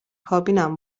کابینم